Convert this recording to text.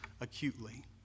acutely